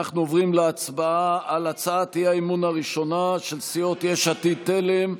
אנחנו עוברים להצבעה על הצעת האי-אמון הראשונה של סיעות יש עתיד-תל"ם,